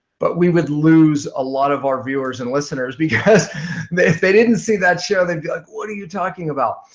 but we would lose a lot of our viewers and listeners because if they didn't see that show, they'd be like what are you talking about?